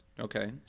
Okay